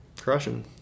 Crushing